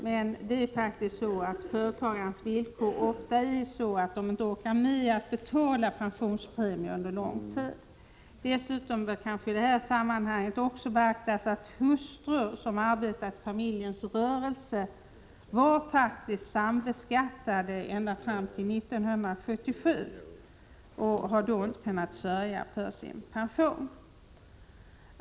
Men företagarnas villkor är ofta sådana att de inte orkar med att betala pensionspremier under lång tid. Dessutom bör i sammanhanget kanske också beaktas att hustru som arbetat i familjens rörelse faktiskt var sambeskattad ända till 1977 och därför inte har kunnat sörja för sin pension.